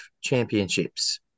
Championships